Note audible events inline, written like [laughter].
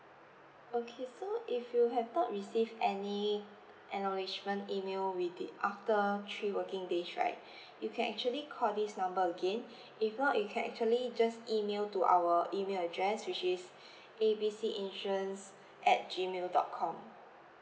okay so if you have not receive any acknowledgement email within after three working days right [breath] you can actually call this number again [breath] if not you can actually just email to our email address which is [breath] A B C insurance at gmail dot com